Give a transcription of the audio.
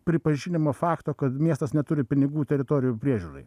pripažinimo fakto kad miestas neturi pinigų teritorijų priežiūrai